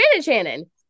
Shannon